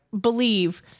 believe